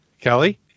Kelly